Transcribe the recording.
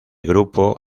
grupo